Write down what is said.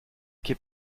quai